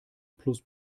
plus